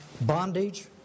bondage